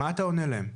מה אתה עונה להם?